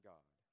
God